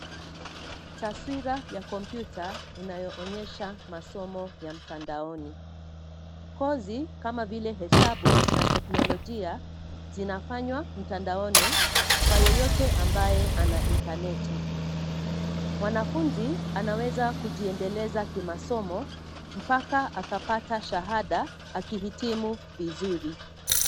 Taswira ya kompyuta inayoonyesha masomo ya mtandaoni. Kozi kama vile hesabu na teknolojia, zinafanywa mtandaoni kwa yeyote ambaye ana interneti. Mwanafunzi anaweza kujiendeleza kimasomo, mpaka akapata shahada, akihitimu vizuri.